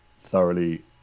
thoroughly